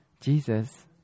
Jesus